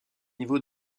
niveau